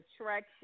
attraction